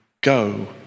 go